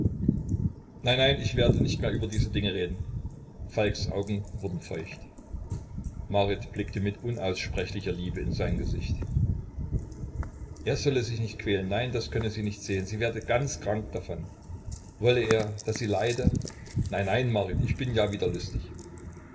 nein nein ich werde nicht mehr über diese dinge reden falks augen wurden feucht marit blickte mit unaussprechlicher liebe in sein gesicht er solle sich nicht quälen nein das könne sie nicht sehen sie werde ganz krank davon wolle er daß sie leide nein nein marit ich bin ja wieder lustig